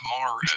tomorrow